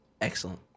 excellent